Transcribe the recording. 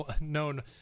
known